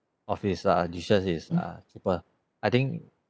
of his uh dishes is uh cheaper I think